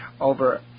over